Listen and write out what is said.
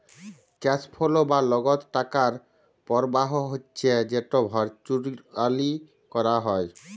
cash flow বা লগদ টাকার পরবাহ হচ্যে যেট ভারচুয়ালি ক্যরা হ্যয়